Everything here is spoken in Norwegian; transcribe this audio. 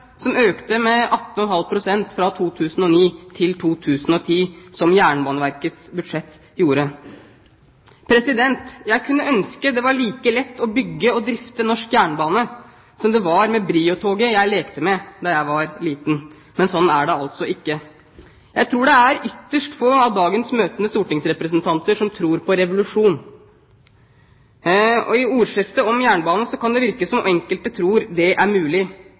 som økte med 18,5 pst. fra 2009 til 2010, slik Jernbaneverkets budsjett gjorde. Jeg skulle ønske det var like lett å bygge og drifte norsk jernbane som det Brio-toget jeg lekte med da jeg var liten, men sånn er det altså ikke. Jeg tror det er ytterst få av dagens møtende stortingsrepresentanter som tror på revolusjon, og i ordskiftet om jernbanen kan det virke som om enkelte tror det er mulig.